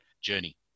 journey